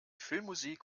filmmusik